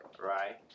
right